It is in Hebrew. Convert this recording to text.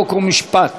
חוק ומשפט.